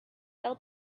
bell